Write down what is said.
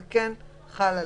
זה כן חל עליהם.